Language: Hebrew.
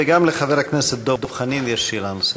וגם לחבר הכנסת דב חנין יש שאלה נוספת.